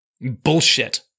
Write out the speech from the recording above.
bullshit